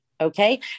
Okay